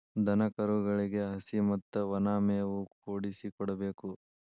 ದನಕರುಗಳಿಗೆ ಹಸಿ ಮತ್ತ ವನಾ ಮೇವು ಕೂಡಿಸಿ ಕೊಡಬೇಕ